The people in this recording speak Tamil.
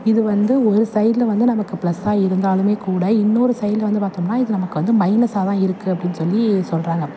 இது வந்து ஒரு சைடில் வந்து நமக்கு ப்ளஸ்ஸாக இருந்தாலும் கூட இன்னொரு சைடில் வந்து பார்த்தோம்னா இது நமக்கு வந்து மைனஸாக தான் இருக்குது அப்படின்னு சொல்லி சொல்கிறாங்க